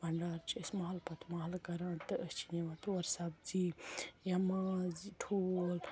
بَنٛڈار چھِ أسۍ مَحلہٕ پتہٕ مَحلہٕ کَران تہٕ أسۍ چھِ نِوان تور سَبزی یا ماز ٹھوٗل